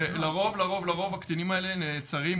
ולרוב הקטינים האלה נעצרים,